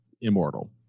immortal